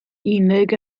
unig